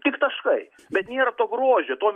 tik taškai bet nėra to grožio to